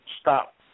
stop